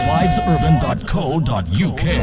Livesurban.co.uk